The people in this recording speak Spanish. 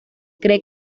cree